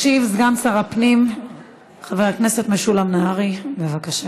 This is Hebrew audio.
ישיב סגן שר הפנים חבר הכנסת משולם נהרי, בבקשה.